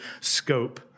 scope